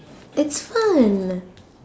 it's fun